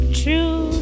true